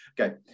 Okay